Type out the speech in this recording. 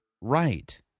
Right